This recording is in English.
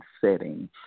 setting